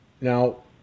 Now